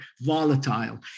volatile